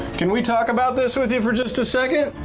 can we talk about this with you for just a second?